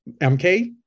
MK